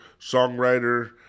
songwriter